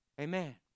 Amen